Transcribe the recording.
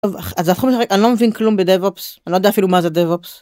אני לא מבין כלום בדב אופס אני לא יודע אפילו מה זה דב אופס.